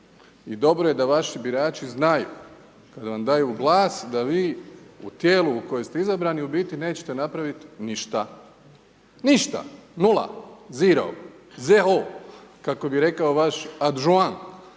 i dobro je da vaši birači znaju da kad vam daju glas da vi u tijelu u kojem ste izabrani u biti nećete napravit ništa, ništa, nula, zero, kako bi rekao vaš